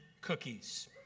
cookies